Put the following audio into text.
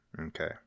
Okay